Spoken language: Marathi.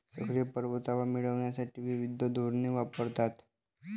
सक्रिय परतावा मिळविण्यासाठी विविध धोरणे वापरतात